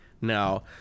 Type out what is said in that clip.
now